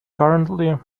currently